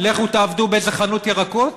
לכו תעבדו באיזו חנות ירקות?